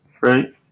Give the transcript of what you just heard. right